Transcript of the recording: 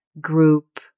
group